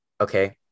okay